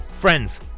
Friends